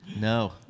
No